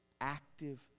active